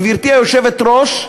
גברתי היושבת-ראש,